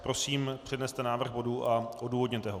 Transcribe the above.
Prosím, předneste návrh bodu a odůvodněte ho.